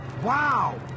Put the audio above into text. Wow